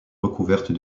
recouvertes